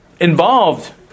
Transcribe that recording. involved